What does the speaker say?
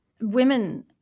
women